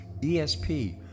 ESP